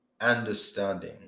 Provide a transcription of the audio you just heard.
understanding